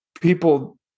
People